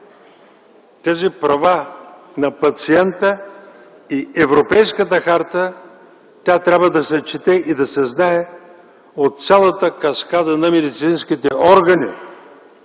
Тези права на пациента в Европейската харта трябва да се четат и да се знаят от цялата каскада на медицинските органи.